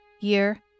year